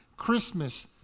christmas